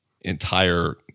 entire